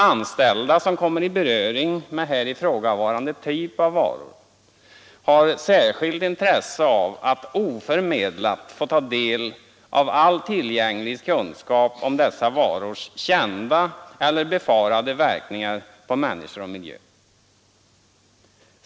Anställda som kommer i beröring med här ifrågavarande typ av varor har särskilt intresse av att oförmedlat få ta del av all tillgänglig kunskap om dessa varors kända eller befarade verkningar på människor och miljö.